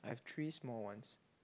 three small ones